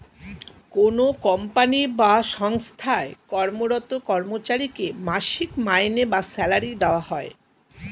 কোনো কোম্পানি বা সঙ্গস্থায় কর্মরত কর্মচারীকে মাসিক মাইনে বা স্যালারি দেওয়া হয়